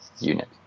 unit